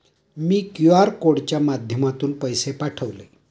मी QR कोडच्या माध्यमातून पैसे पाठवले